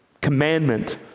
commandment